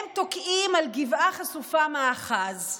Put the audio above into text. הם תוקעים על גבעה חשופה מאחז.